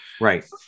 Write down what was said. right